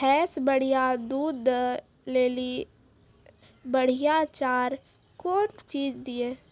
भैंस बढ़िया दूध दऽ ले ली बढ़िया चार कौन चीज दिए?